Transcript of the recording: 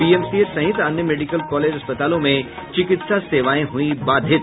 PMCH सहित अन्य medical college अस्पतालों में चिकित्सा सेवाएं हुई बाधित